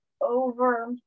over